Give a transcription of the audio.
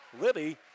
Libby